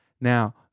Now